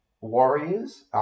Warriors